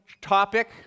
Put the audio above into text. topic